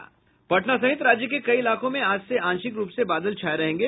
पटना सहित राज्य के कई इलाकों में आज से आंशिक रूप से बादल छाये रहेंगे